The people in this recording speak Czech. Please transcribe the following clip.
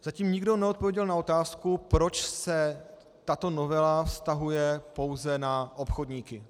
Zatím nikdo neodpověděl na otázku, proč se tato novela vztahuje pouze na obchodníky.